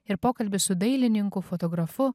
ir pokalbis su dailininku fotografu